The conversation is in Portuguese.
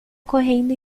correndo